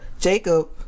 Jacob